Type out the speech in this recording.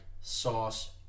Sauce